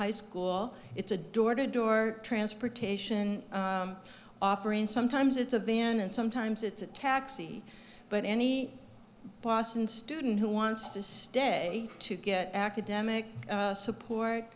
high school it's a door to door transportation offering sometimes it's a van and sometimes it's a taxi but any boston student who wants to stay to get academic support